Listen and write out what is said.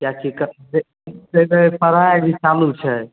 किएकि पढ़ाइ अभी चालू छै